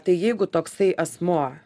tai jeigu toksai asmuo